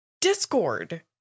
Discord